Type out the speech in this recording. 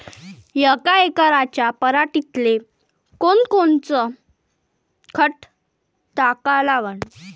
यका एकराच्या पराटीले कोनकोनचं खत टाका लागन?